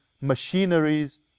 machineries